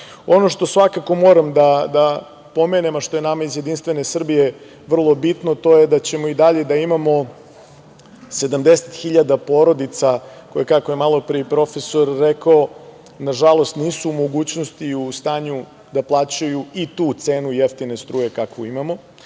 što svakako moram da pomenem, a što je nama iz JS vrlo bitno, to je da ćemo i dalje da imamo 70 hiljada porodica koje, kako je malopre i profesor rekao, nažalost nisu u mogućnosti i u stanju da plaćaju i tu cenu jeftine struje kakvu imamo